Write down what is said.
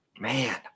Man